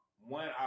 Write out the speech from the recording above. one